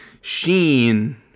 sheen